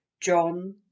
John